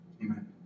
Amen